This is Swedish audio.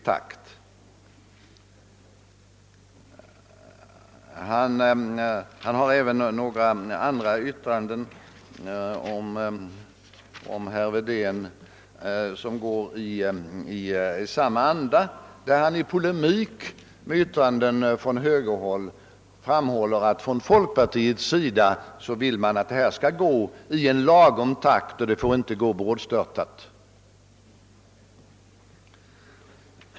Herr Svenning gör även några andra uttalanden om herr Wedén, som går i samma anda och i vilka han i polemik mot yttranden från högerhåll antyder att man inom folkpartiet vill att en avveckling skall gå i lämplig takt och inte brådstörtat.